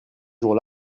jour